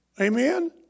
Amen